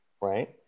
right